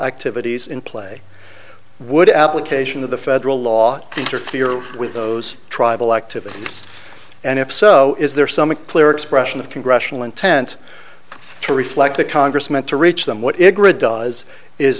activities in play would application of the federal law interfere with those tribal activities and if so is there some a clear expression of congressional intent to reflect the congressman to reach them what it does is